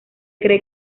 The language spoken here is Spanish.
cree